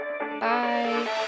Bye